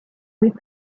with